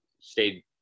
stayed